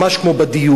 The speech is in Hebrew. ממש כמו בדיור.